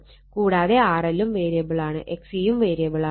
കൂടാതെ RL ഉം വേരിയബിളാണ് XC യും വേരിയബിളാണ്